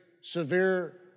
severe